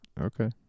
Okay